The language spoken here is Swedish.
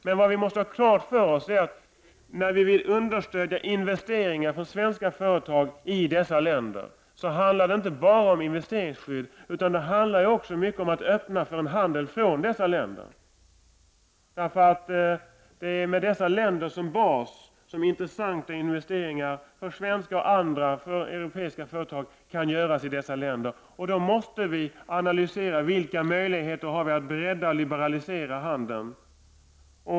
Men vad vi måste ha klart för oss är att när vi vill understödja investeringar för svenska företag i dessa länder handlar det inte bara om investeringsskydd, utan det handlar också mycket om att öppna för handel från dessa länder. Det är med dessa länder som bas som för svenska och andra europeiska företag intressanta investeringar kan göras i dessa länder, och då måste vi analysera vilka möjligheter vi har att bredda, liberalisera handeln.